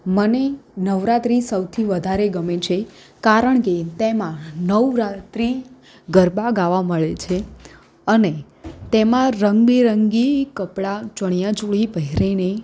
મને નવરાત્રિ સૌથી વધારે ગમે છે કારણ કે તેમાં નવ રાત્રિ ગરબા ગાવા મળે છે અને તેમાં રંગબેરંગી કપડાં ચણિયાચોળી પહેરીને